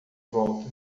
volta